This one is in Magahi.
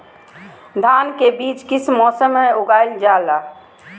धान के बीज किस मौसम में उगाईल जाला?